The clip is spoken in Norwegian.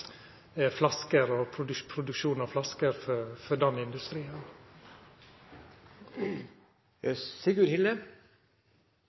flasker og produksjon av flasker for den industrien.